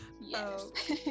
Yes